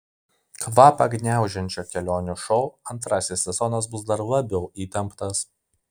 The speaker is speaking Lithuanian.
kvapą gniaužiančio kelionių šou antrasis sezonas bus dar labiau įtemptas